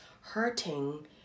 hurting